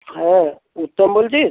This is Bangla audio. হ্যাঁ উত্তম বলছিস